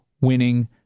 winning